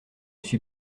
suis